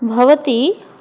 भवति